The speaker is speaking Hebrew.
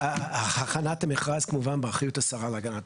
הכנת המכרז היא כמובן באחריות השרה להגנת